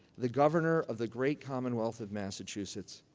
the governor of the great commonwealth of massachusetts,